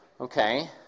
Okay